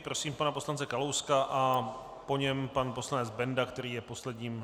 Prosím pana poslance Kalouska a po něm pan poslanec Benda, který je posledním.